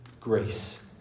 grace